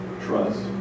trust